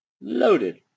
Loaded